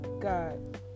God